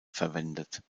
verwendet